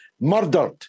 murdered